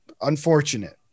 unfortunate